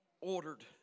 Ordered